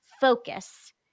focus